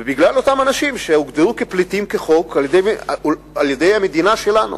בגלל אותם אנשים שהוגדרו כפליטים כחוק על-ידי המדינה שלנו.